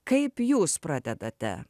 kaip jūs pradedate